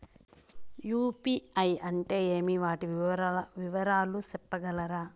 UPI అంటే ఏమి? వాటి వివరాలు సెప్పగలరా?